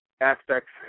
aspects